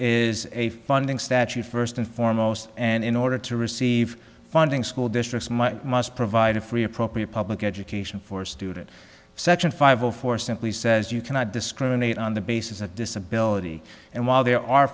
is a funding statute first and foremost and in order to receive funding school districts might must provide a free appropriate public education for student section five zero four simply says you cannot discriminate on the basis of disability and while there are